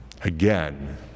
Again